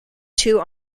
two